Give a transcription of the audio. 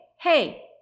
hey